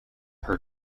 her